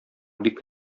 бик